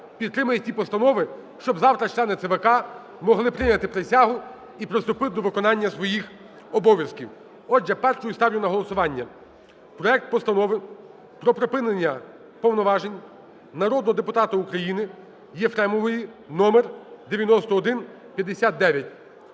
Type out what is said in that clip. підтримає ці постанови, щоб завтра члени ЦВК могли прийняти присягу і приступити до виконання своїх обов'язків. Отже першою ставлю на голосування проект Постанови про припинення повноважень народного депутата України Єфремової (№ 9159).